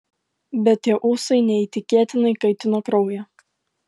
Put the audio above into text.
bet tie ūsai neįtikėtinai kaitino kraują